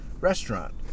restaurant